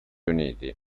uniti